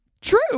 true